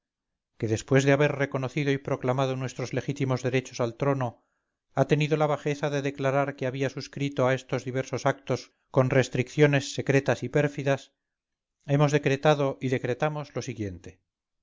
que después de haber reconocido y proclamado nuestros legítimos derechos al trono ha tenido la bajeza de declarar que había suscrito a estos diversos actos con restricciones secretas y pérfidas hemos decretado y decretamos lo siguiente